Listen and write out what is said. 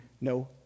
no